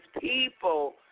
people